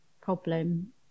problem